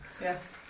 Yes